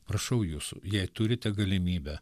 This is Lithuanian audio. prašau jūsų jei turite galimybę